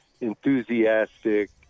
enthusiastic